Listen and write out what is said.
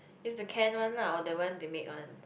is the can one lah or that one they made one